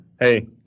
hey